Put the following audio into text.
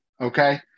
Okay